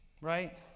right